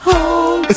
Home